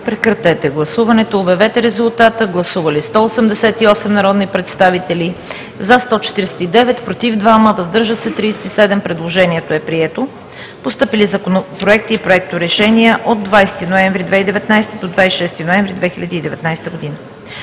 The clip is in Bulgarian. приемане на дневния ред. Гласували 188 народни представители: за 149, против 2, въздържали се 37. Предложението е прието. Постъпили законопроекти и проекторешения от 20 ноември 2019 г. до 26 ноември 2019 г.: